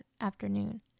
afternoon